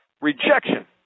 rejection